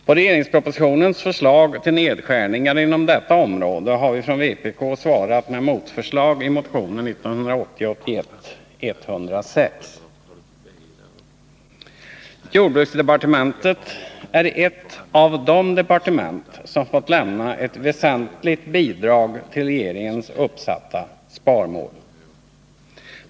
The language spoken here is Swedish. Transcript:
På regeringspropositionens förslag till nedskärningar inom detta område har vi från vpk svarat med motförslag i motionen 1980/81:106. Jordbruksdepartementet är ett av de departement som fått lämna väsentliga bidrag till regeringens uppsatta sparmål.